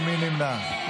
מי נמנע?